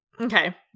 Okay